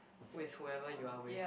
with whoever you are with